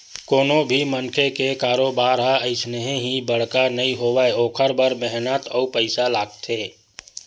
कोनो भी मनखे के कारोबार ह अइसने ही बड़का नइ होवय ओखर बर मेहनत अउ पइसा लागथे